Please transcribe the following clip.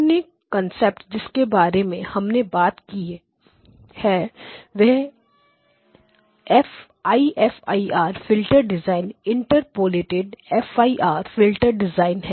अन्य कांसेप्ट जिसके बारे में हमने बात की है वह I F I R filter design interpolated F I R filter design है